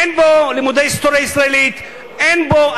שאין בו לימוד היסטוריה ישראלית ואין בו,